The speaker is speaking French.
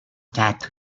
quatre